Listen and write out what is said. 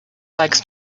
likes